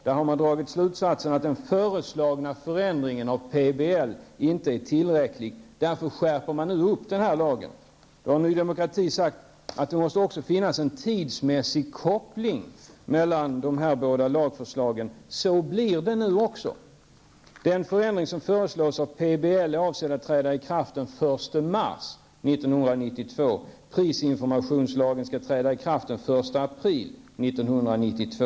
Där har man dragit slutsatsen att den föreslagna förändringen av PBL inte är tillräcklig, och därför skärper man lagen. Ny Demokrati har sagt att det också måste finnas en tidsmässig koppling mellan de båda lagförslagen. Så blir det också. Den förändring av PBL som föreslås är avsedd att träda i kraft den 1 mars 1992. Prisinformationslagen skall träda i kraft den 1 april 1992.